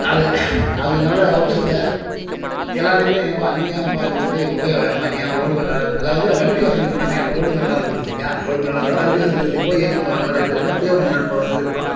அது அது நல்ல வவுசூல் எல்லோரையுமே ஏன்ப்பா நீ ஏன் ஏன்ப்பா இந்த கோழி கோழியை வளரேம்ப்பா நீ ஏன்ப்பா ரோட்டு மேலே நிலம் இருக்குது அதாவது வண்டி வசதி மட்டும் வேணும் ரோட்டு மேலே நிலம் இருக்கணும் வச்சிக்கோயேன் ரோட்டு மேலே நிலம் இருந்தால் தான் வண்டி வசதி கோழி ஏற்றின்னு போகிற மாதிரி வசதி இருக்கணும் தீவனம் கொண்டாந்து போட வசதி இருக்கணும்